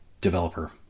developer